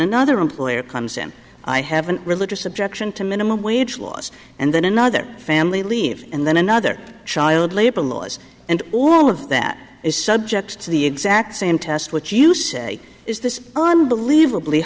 another employer comes and i have an religious objection to minimum wage laws and then another family leave and then another child labor laws and all of that is subject to the exact same test which you say is this on believ